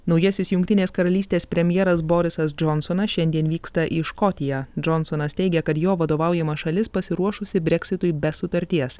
naujasis jungtinės karalystės premjeras borisas džonsonas šiandien vyksta į škotiją džonsonas teigia kad jo vadovaujama šalis pasiruošusi breksitui be sutarties